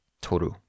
Toru